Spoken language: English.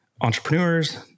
entrepreneurs